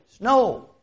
No